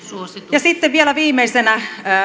ja sitten vielä viimeisenä